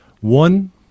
One